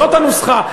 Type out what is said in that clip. זאת הנוסחה.